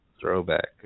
throwback